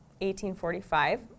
1845